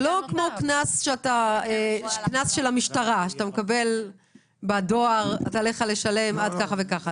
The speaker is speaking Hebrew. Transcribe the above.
זה לא קנס של המשטרה שאתה מקבל בדואר ועליך לשלם אותו עד תאריך מסוים.